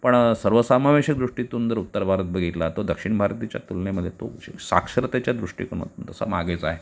पण सर्वसमावेशक दृष्टीतून जर उत्तर भारत बघितला तर दक्षिण भारताच्या तुलनेमध्ये तो शे साक्षरतेच्या दृष्टीकोनातनं तसा मागेच आहे